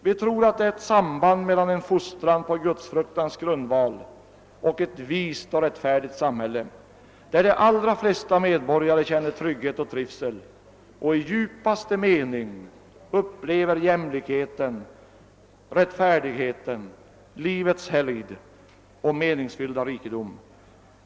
Vi tror att det är ett samband mellan en fostran på gudsfruktans grundval och ett vist och rättfärdigt samhälle, där de allra flesta medborgare känner trygghet och trivsel och i djupaste mening upplever jämlikheten, rättfärdigheten, livets helgd och meningsfyllda rikedom.